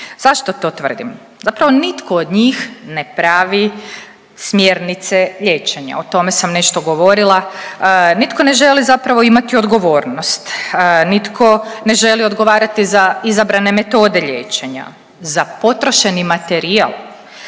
Zašto to tvrdim? Zapravo nitko od njih ne pravi smjernice liječenja, o tome sam nešto govorila. Nitko ne želi zapravo imati odgovornost, nitko ne želi odgovarati za izabrane metode liječenja, za potrošeni materijal.